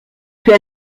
plus